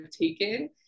taken